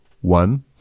One